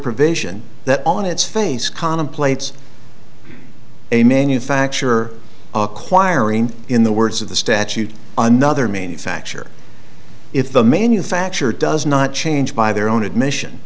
provision that on its face contemplates a manufacturer acquiring in the words of the statute another main factor if the manufacturer does not change by their own admission